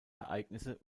ereignisse